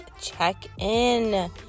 check-in